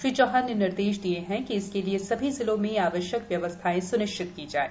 श्री चौहान ने निर्देश दिये कि इसके लिए सभी जिलों में आवश्यक व्यवस्थाएँ स्निश्चित की जाएं